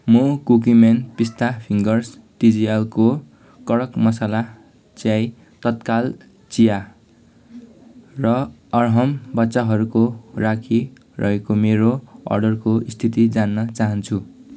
म cookieman pista fingers टिजिएलको कडक मसाला चाय तत्काल चिया र अरहम बच्चाहरूको राखी रहेको मेरो अर्डरको स्थिति जान्न चाहन्छु